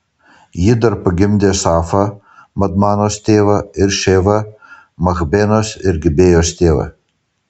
ji dar pagimdė safą madmanos tėvą ir ševą machbenos ir gibėjos tėvą